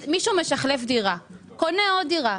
הרי,